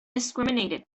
discriminated